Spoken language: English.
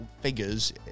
figures